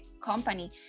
company